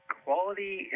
quality